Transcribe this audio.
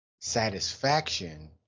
satisfaction